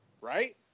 right